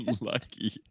lucky